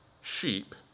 sheep